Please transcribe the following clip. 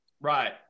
right